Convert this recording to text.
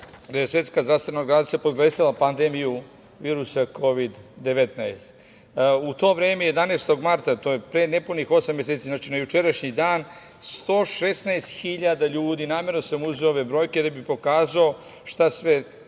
Svetska zdravstvena organizacija proglasila pandemiju virusa Kovid 19. U to vreme, 11. marta, pre nepunih osam meseci, znači na jučerašnji dan, 116 hiljada ljudi, namerno sam uzeo ove brojke da bih pokazao šta sve,